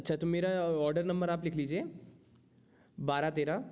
अच्छा तो मेरा ऑर्डर नंबर आप लिख लीजिए बारह तेरह